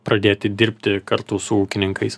pradėti dirbti kartu su ūkininkais